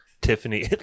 Tiffany